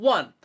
One